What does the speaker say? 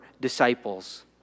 disciples